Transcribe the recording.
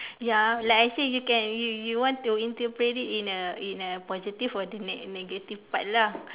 ya like I say you can you you want to interpret it in a in a positive or the neg~ negative part lah